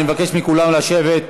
אני מבקש מכולם לשבת.